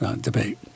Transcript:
debate